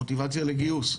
מוטיבציה לגיוס,